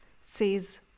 says